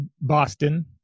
Boston